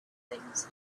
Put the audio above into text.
things